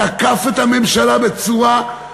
תקף את הממשלה בצורה,